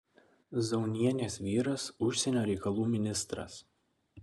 zaunienės vyras užsienio reikalų ministras